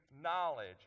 knowledge